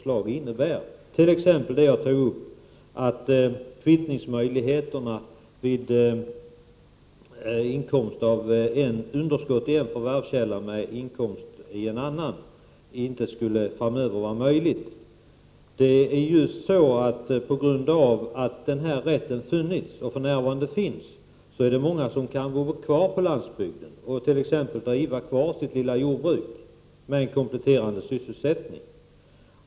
Jag tog upp exemplet att underskott i en förvärvskälla inte längre skulle kunna kvittas mot överskott i en annan. På grund av att denna rätt funnits och för närvarande finns är det många som kan bo kvar på landsbygden och t.ex. driva sitt lilla jordbruk med en kompletterande sysselsättning.